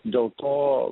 dėl to